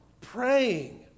praying